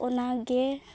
ᱚᱱᱟᱜᱮ